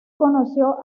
conoció